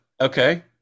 okay